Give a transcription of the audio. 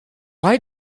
why